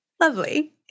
Lovely